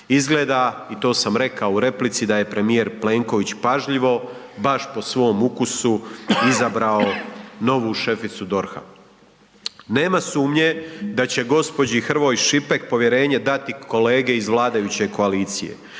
Izgleda i to sam rekao u replici da je premijer Plenković pažljivo, baš po svom ukusu izabrao novu šeficu DORH-a. Nema sumnje da će gospođi Hrvoj Šipek povjerenje dati povjerenje kolege iz vladajuće koalicije